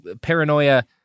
paranoia